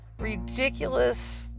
ridiculous